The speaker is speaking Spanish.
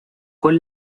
con